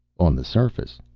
on the surface.